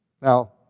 Now